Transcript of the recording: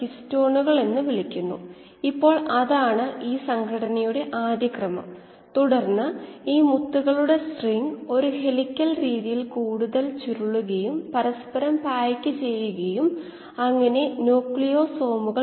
ഇതിൻറെ അടിസ്ഥാനത്തിൽ നോക്കിയാൽ വാസ്തവത്തിൽ ഔട്ട്ലെറ്റ് സ്ട്രീമിലെ കോശങ്ങളുടെ മാസാണെന്നു കണ്ടെത്തുംμ x മുതൽ V വരെ μ x നിരക്ക് കൊണ്ട് ഗുണിച്ചാൽ കിട്ടുന്നത് μxV ക്ക് സമമാകും